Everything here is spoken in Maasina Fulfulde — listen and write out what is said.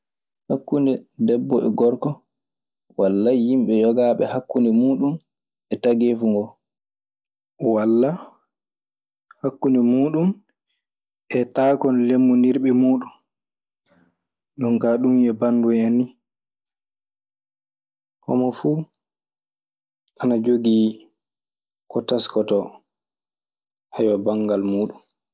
Hakkunde debbo e gorko. Wallahi yimɓe yogaaɓe hakkunde muuɗun e tageefu ngoo; walla hakkunde muuɗum e taakanlemmbondirɓe e muuɗum. Jonkaa ɗum e banndum nii. Homo fuu ana jogii ko teskotoo banngal muuɗun.